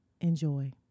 Enjoy